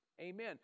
Amen